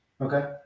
Okay